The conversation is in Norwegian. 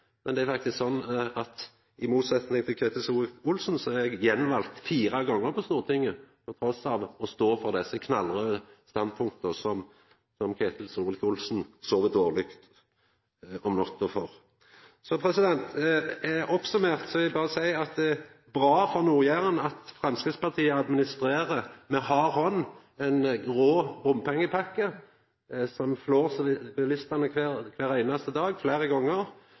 motsetning til Ketil Solvik-Olsen, er eg gjenvald fire gonger på Stortinget – på tross av at eg står for desse knallraude standpunkta som Ketil Solvik-Olsen søv dårlig av om natta. Oppsummert vil eg seia: Det er bra for Nord-Jæren at Framstegspartiet administrerer, med hard hand, ei grå bompengepakke som flår bilistane fleire gonger kvar